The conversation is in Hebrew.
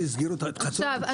שיסגרו את חצור הגלילית?